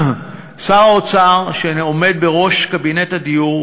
שר האוצר העומד בראש קבינט הדיור,